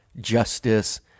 justice